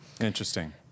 Interesting